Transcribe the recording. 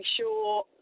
sure